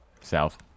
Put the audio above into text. South